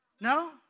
No